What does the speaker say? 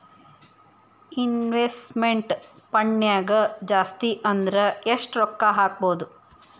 Investment ಫಂಡ್ನ್ಯಾಗ ಜಾಸ್ತಿ ಅಂದ್ರ ಯೆಷ್ಟ್ ರೊಕ್ಕಾ ಹಾಕ್ಬೋದ್?